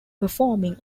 performing